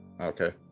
Okay